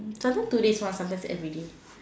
sometimes two days once sometimes everyday